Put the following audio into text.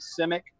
simic